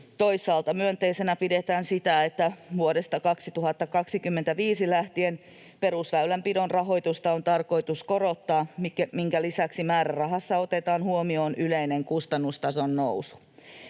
Toisaalta myönteisenä pidetään sitä, että vuodesta 2025 lähtien perusväylänpidon rahoitusta on tarkoitus korottaa, minkä lisäksi määrärahassa otetaan huomioon yleinen kustannustason nousu.